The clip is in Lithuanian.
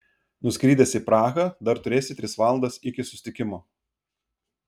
nuskridęs į prahą dar turėsi tris valandas iki susitikimo